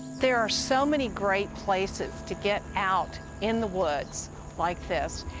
there are so many great places to get out in the woods like this.